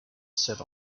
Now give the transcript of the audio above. set